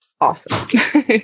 awesome